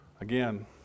Again